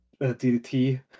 DDT